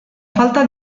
falta